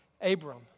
Abram